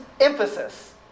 emphasis